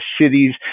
cities